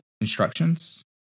instructions